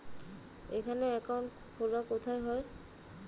এখানে অ্যাকাউন্ট খোলা কোথায় হয়?